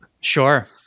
Sure